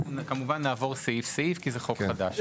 אנחנו, כמובן, נעבור סעיף-סעיף, כי זה חוק חדש.